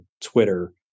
Twitter